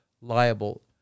liable